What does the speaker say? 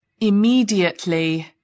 Immediately